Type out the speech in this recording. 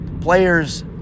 Players